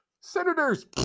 Senators